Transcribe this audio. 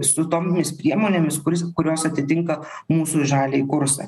su tomis priemonėmis kurios atitinka mūsų žalią į kursą